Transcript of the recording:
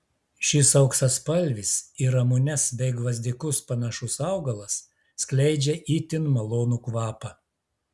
šis auksaspalvis į ramunes bei gvazdikus panašus augalas skleidžia itin malonų kvapą